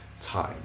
time